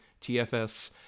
TFS